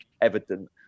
evident